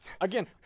Again